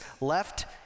left